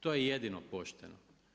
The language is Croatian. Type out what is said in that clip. To je jedino pošteno.